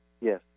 Yes